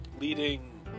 leading